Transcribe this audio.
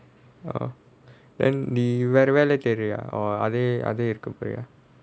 orh then நீ வேற வேலை தேடுறியா:nee velai thaeduriyaa or அதே:adhae company ah